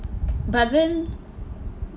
but then